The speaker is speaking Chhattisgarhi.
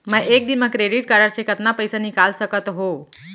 मैं एक दिन म क्रेडिट कारड से कतना पइसा निकाल सकत हो?